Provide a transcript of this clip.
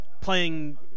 playing